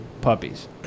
puppies